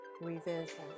revision